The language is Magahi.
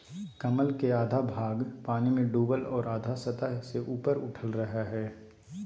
कमल के आधा भाग पानी में डूबल और आधा सतह से ऊपर उठल रहइ हइ